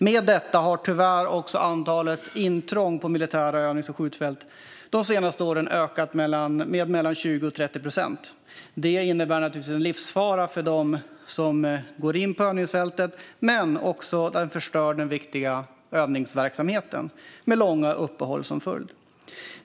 Med detta har tyvärr också antalet intrång på militära övnings och skjutfält de senaste åren ökat med 20-30 procent. Det innebär naturligtvis en livsfara för dem som går in på övningsfältet, men det stör också den viktiga övningsverksamheten med långa uppehåll som följd.